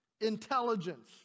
intelligence